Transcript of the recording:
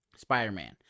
spider-man